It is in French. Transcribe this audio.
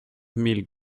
mille